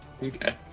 okay